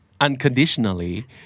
unconditionally